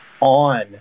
on